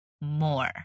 more